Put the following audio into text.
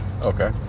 okay